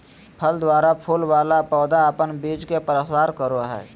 फल द्वारा फूल वाला पौधा अपन बीज के प्रसार करो हय